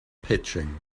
pitching